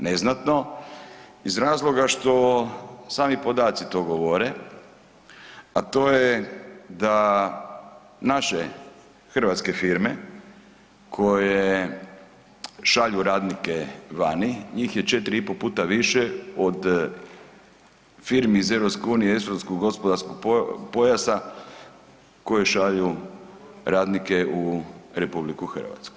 Neznatno iz razloga što sami podaci to govore, a to je da naše hrvatske firme koje šalju radnike vani, njih je 4 i po puta više od firmi iz EU i Europskog gospodarskog pojasa koji šalju radnike u RH.